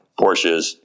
Porsches